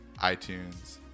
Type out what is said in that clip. itunes